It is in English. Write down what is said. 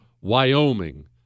Wyoming